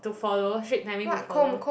to follow strict timing to follow